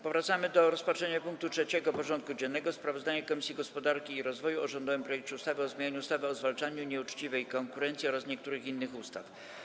Powracamy do rozpatrzenia punktu 3. porządku dziennego: Sprawozdanie Komisji Gospodarki i Rozwoju o rządowym projekcie ustawy o zmianie ustawy o zwalczaniu nieuczciwej konkurencji oraz niektórych innych ustaw.